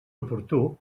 oportú